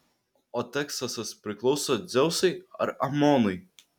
o teksasas priklauso dzeusui ar amonui